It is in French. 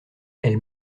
elle